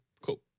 Cool